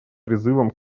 призывом